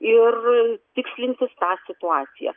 ir tikslintis tą situaciją